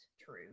true